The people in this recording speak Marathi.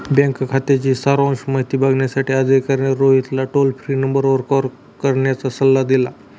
बँक खात्याची सारांश माहिती बघण्यासाठी अधिकाऱ्याने रोहितला टोल फ्री नंबरवर कॉल करण्याचा सल्ला दिला